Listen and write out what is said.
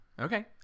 Okay